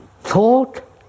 thought